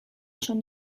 schon